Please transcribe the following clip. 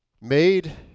made